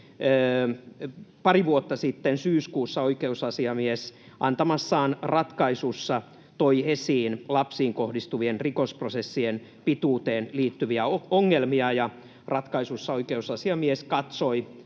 pari vuotta sitten syyskuussa oikeusasiamies antamassaan ratkaisussa toi esiin lapsiin kohdistuvien rikosprosessien pituuteen liittyviä ongelmia, ja ratkaisuissa oikeusasiamies katsoi